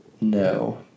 No